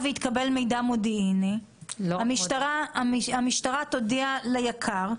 מידע מודיעיני המשטרה תודיע ליק"ר,